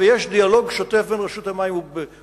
ויש דיאלוג שוטף בין רשות המים ובינינו,